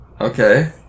Okay